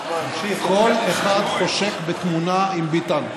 כל אחד חושק בתמונה עם ביטן.